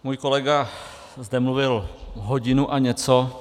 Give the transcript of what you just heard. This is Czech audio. Můj kolega zde mluvil hodinu a něco.